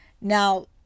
Now